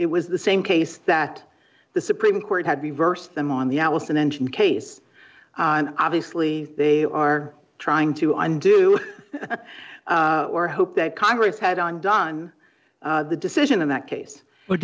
it was the same case that the supreme court had reversed them on the allison engine case and obviously they are trying to undo it or hope that congress had on done the decision in that case but